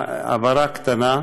הבהרה קטנה: